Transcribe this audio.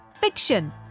fiction